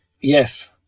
Yes